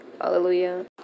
Hallelujah